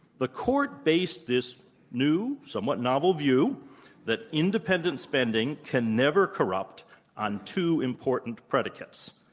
the court based this new somewhat novel view that independent spending can never corrupt on two important predicates.